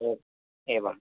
ओ एवं